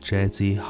Jazzy